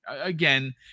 again